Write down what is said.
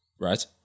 Right